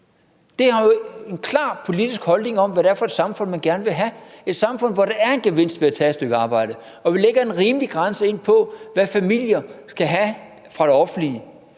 Det er jo en klar politisk holdning til, hvad det er for et samfund, man gerne vil have, nemlig et samfund, hvor der er en gevinst ved at tage et stykke arbejde, og hvor vi lægger en rimelig grænse ind for, hvad familier skal have fra det offentlige.